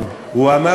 הוא אמר את זה.